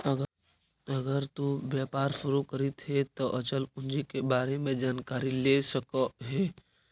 अगर तु व्यापार शुरू करित हे त अचल पूंजी के बारे में जानकारी ले सकऽ हे